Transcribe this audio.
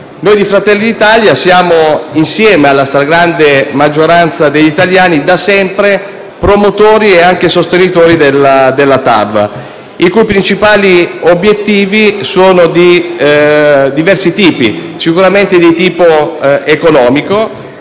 Noi di Fratelli d'Italia, insieme alla stragrande maggioranza degli italiani, da sempre siamo promotori e anche sostenitori della TAV, i cui principali obiettivi sono di diverso tipo. Vi sono sicuramente obiettivi di tipo economico,